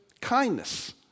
kindness